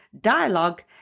dialogue